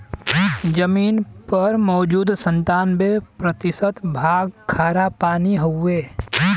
जमीन पर मौजूद सत्तानबे प्रतिशत भाग खारापानी हउवे